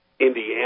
Indiana